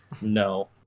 No